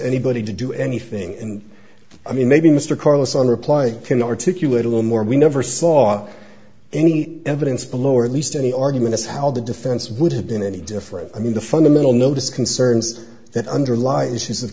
anybody to do anything and i mean maybe mr carlson reply can articulate a little more we never saw any evidence below or at least any argument as how the defense would have been any different i mean the fundamental notice concerns that underlies